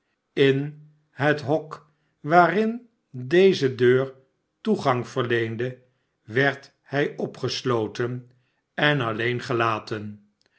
in het hok waarin deze deur toegang verleende werd hij opgesloten en alleen gelaten